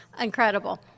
incredible